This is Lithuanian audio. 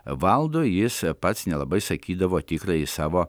valdu jis pats nelabai sakydavo tikrąjį savo